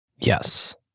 Yes